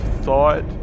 thought